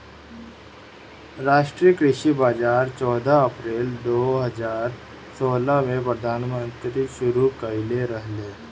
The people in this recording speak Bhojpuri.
राष्ट्रीय कृषि बाजार चौदह अप्रैल दो हज़ार सोलह में प्रधानमंत्री शुरू कईले रहले